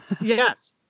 yes